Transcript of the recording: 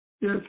Yes